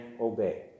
obey